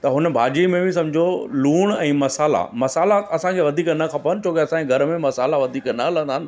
त हुन भाॼी में बि सम्झो लुणु ऐं मसाल्हा मसाल्हा असांखे वधीक न खपनि छो की असांजे घर में मसाल्हा वधीक न हलंदा आहिनि